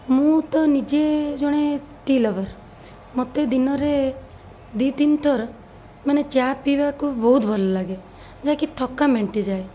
ମୁଁ ତ ନିଜେ ଜଣେ ଟି ଲଭର୍ ମୋତେ ଦିନରେ ଦୁଇ ତିନିଥର ମାନେ ଚା' ପିଇବାକୁ ବହୁତ ଭଲ ଲାଗେ ଯାହାକି ଥକା ମେଣ୍ଟିଯାଏ